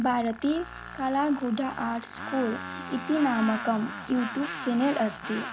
भारती Kalagudha art school इति नामकं YouTube channel अस्ति